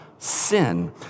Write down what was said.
Sin